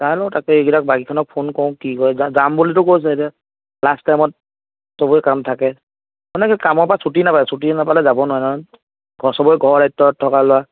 চাই লও তাকে এইবিলাক বাকীখনক ফোন কৰোঁ কি কৰে যাম বুলিতো কৈছে এতিয়া লাষ্ট টাইমত সবৰে কাম থাকে মানে কামৰ পৰা ছুটী নাপায় ছুটী নাপালে যাবও নোৱাৰে নহয় ধৰ সবৰে ঘৰৰ দায়িত্বত থকা ল'ৰা